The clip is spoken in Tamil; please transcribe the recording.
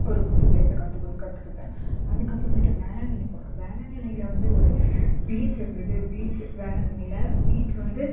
ஒரு புது ப்ளேஸை கற்றுக்க கற்றுக்கிட்டேன் அதுக்கப்புறமேட்டு வேளாங்கண்ணி போனோம் வேளாங்கண்ணியில் வந்து ஒரு பீச் இருந்தது பீச்சு வேளாங்கண்ணியில் பீச் வந்து